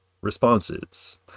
Responses